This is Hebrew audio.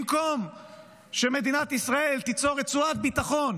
במקום שמדינת ישראל תיצור רצועת ביטחון